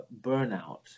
burnout